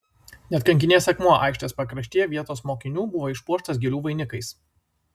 net kankinės akmuo aikštės pakraštyje vietos mokinių buvo išpuoštas gėlių vainikais